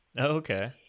Okay